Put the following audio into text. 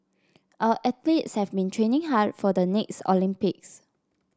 our athletes have been training hard for the next Olympics